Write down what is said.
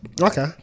Okay